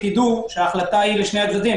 ההחלטה היא לשני הצדדים.